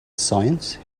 science